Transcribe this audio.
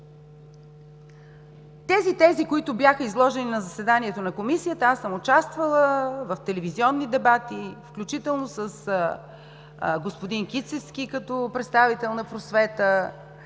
Тезите, които бяха изложени на заседанията на Комисията – аз съм участвала в телевизионни дебати, включително с господин Кицевски като представител на „Просвета“,